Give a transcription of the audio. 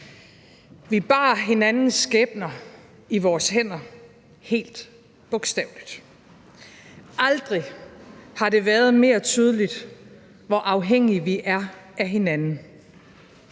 Vi bar hinandens skæbner i vores hænder helt bogstaveligt. Aldrig har det været mere tydeligt, hvor afhængige vi er af hinanden.